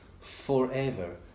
forever